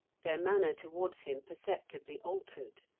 their manner towards him perceptibly altered.